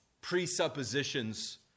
presuppositions